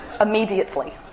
immediately